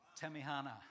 Tamihana